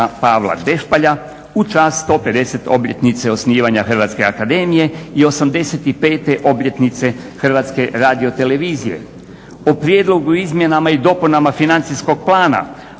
Pavla Dešpalja u čast 150.obljetnice osnivanja Hrvatske akademije i 85.obljetnice HRTV. O prijedlogu izmjenama i dopunama financijskog plana,